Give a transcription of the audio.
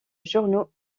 journaux